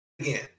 again